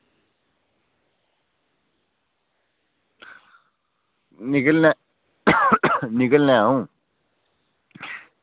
निकलना निकलना ऐ अं'ऊ